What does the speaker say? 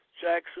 Jackson